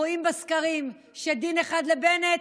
רואים בסקרים שדין אחד לבנט,